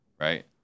right